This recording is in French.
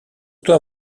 toi